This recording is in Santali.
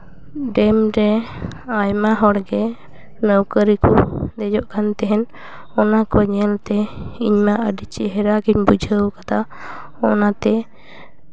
ᱰᱮᱢ ᱨᱮ ᱟᱭᱢᱟ ᱦᱚᱲᱜᱮ ᱱᱟᱹᱣᱠᱟᱹ ᱨᱮᱠᱚ ᱫᱮᱡᱚᱜ ᱠᱟᱱ ᱛᱟᱦᱮᱱ ᱚᱱᱟ ᱠᱚ ᱧᱮᱞ ᱛᱮ ᱤᱧ ᱢᱟ ᱟᱹᱰᱤ ᱪᱮᱦᱨᱟ ᱜᱤᱧ ᱵᱩᱡᱷᱟᱹᱣ ᱠᱟᱫᱟ ᱚᱱᱟᱛᱮ